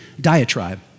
diatribe